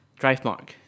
DriveMark